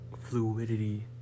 fluidity